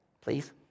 Please